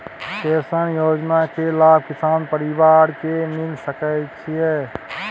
Pension योजना के लाभ किसान परिवार के मिल सके छिए?